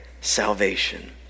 salvation